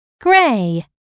gray